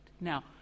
Now